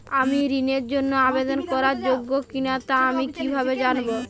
আমি ঋণের জন্য আবেদন করার যোগ্য কিনা তা আমি কীভাবে জানব?